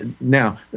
now